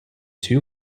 two